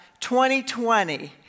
2020